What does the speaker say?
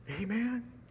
Amen